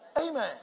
Amen